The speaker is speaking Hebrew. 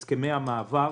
את הסכמי המעבר.